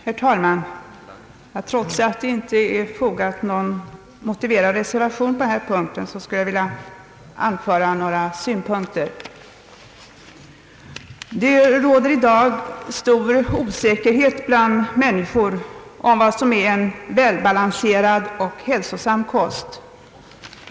Herr talman! Trots att någon motiverad reservation inte har fogats till denna punkt skulle jag vilja anföra några synpunkter. Det råder i dag stor osäkerhet bland människor om vad som är en välbalanserad och hälsosam kost.